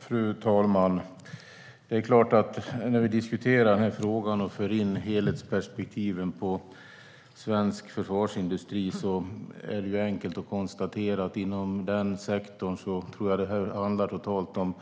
Fru talman! När vi diskuterar frågan och för in helhetsperspektiven på svensk försvarsindustri är det enkelt att konstatera att det inom sektorn totalt handlar om